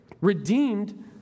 redeemed